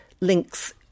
links